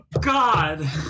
god